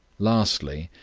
lastly,